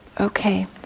okay